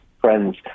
friends